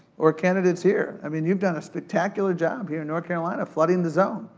or candidates here. i mean, you've done a spectacular job here in north carolina, flooding the zone.